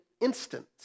instant